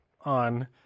on